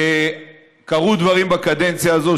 קרו דברים בקדנציה הזאת,